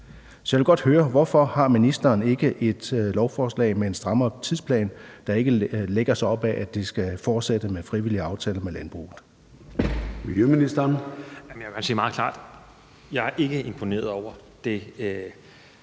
Så jeg vil godt høre, hvorfor ministeren ikke har et lovforslag med en strammere tidsplan, der ikke lægger sig op ad det, at det skal fortsætte med frivillige aftaler med landbruget. Kl. 14:14 Formanden (Søren Gade): Miljøministeren.